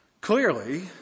clearly